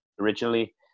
originally